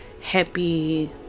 happy